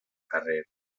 carrer